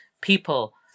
people